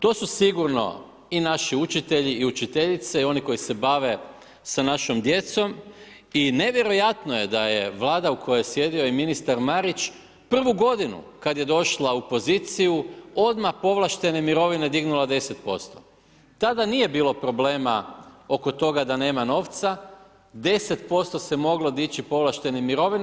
To su sigurno i naši učitelji i učiteljice i oni koji se bave sa našom djecom i nevjerojatno je da je Vlada u kojoj je sjedio i ministar Marić prvu godinu kad je došla u poziciju odmah povlaštene mirovine dignula 10%, tada nije bilo problema oko toga da nema novca, 10% se moglo dići povlaštenih mirovina.